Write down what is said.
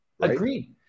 Agreed